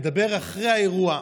אני מדבר על אחרי האירוע,